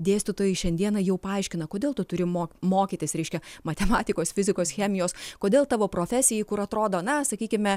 dėstytojai šiandieną jau paaiškina kodėl tu turi mo mokytis reiškia matematikos fizikos chemijos kodėl tavo profesijai kur atrodo na sakykime